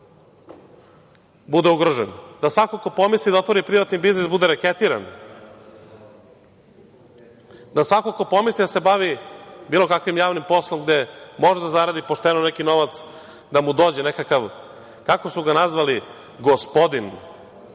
bude ugrožen, da svako ko pomisli da otvori privatni biznis bude reketiran, da svako ko pomisli da se bavi bilo kakvim javnim poslom gde može da zaradi pošteno neki novac da mu dođe nekakav, kako su ga nazvali, gospodin